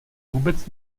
vůbec